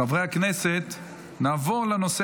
חבל,